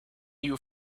you